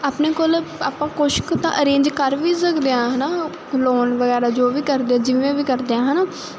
ਆਪਣੇ ਕੋਲ ਆਪਾਂ ਕੁਝ ਕੁ ਤਾਂ ਅਰੇਂਜ ਕਰ ਵੀ ਸਕਦੇ ਆਂ ਹਨਾ ਲੋਨ ਵਗੈਰਾ ਜੋ ਵੀ ਕਰਦੇ ਆ ਜਿਵੇਂ ਵੀ ਕਰਦੇ ਆ ਹਨਾ